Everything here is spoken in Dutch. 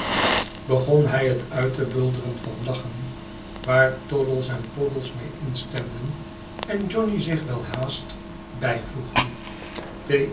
beon hij het uit te bulderen van lachen waar toddies en poddles mee mstemden en johnny zich welhaast bijvoegde